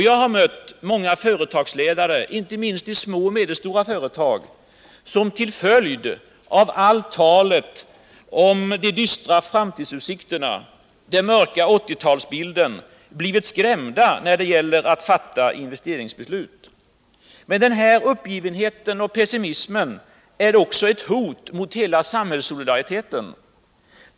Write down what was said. Jag har mött många företagsledare, inte minst i små och medelstora företag, som till följd av allt talet om de dystra framtidsutsikterna, den mörka 1980-talsbilden, blivit skrämda när det gäller att fatta investeringsbeslut. Men denna uppgivenhet och pessimism är också ett hot mot hela samhällssolidariteten.